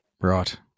Right